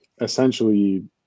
essentially